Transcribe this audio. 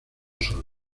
sol